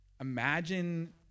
Imagine